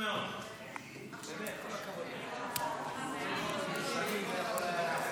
עידוד תרומות מזון (תיקון),